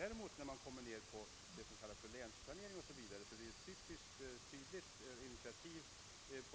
Däremot är naturligtvis det som sker när det gäller länsplanering o.s.v. åtgärder som vidtagits på